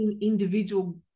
individual